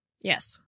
Yes